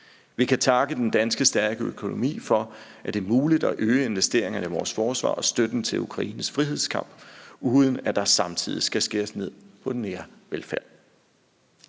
Vi kan takke den stærke danske økonomi for, at det er muligt at øge investeringerne i vores forsvar og støtten til Ukraines frihedskamp, uden at der samtidig skal skæres ned på den nære velfærd.